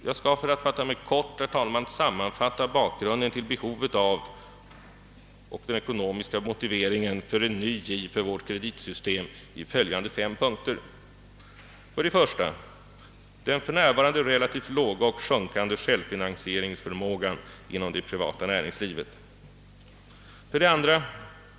Jag skall för att fatta mig kort, herr talman, ge en sammanfattning av bakgrunden till behovet av och den ekonomiska motiveringen för en ny giv i vårt kreditsystem i följande fem punkter. 1. Den för närvarande relativt låga och sjunkande självfinansieringsförmågan inom det privata näringslivet. 2.